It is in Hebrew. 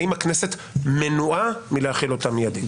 האם הכנסת מנועה מלהחיל אותה מידית?